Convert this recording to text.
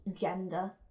gender